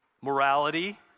morality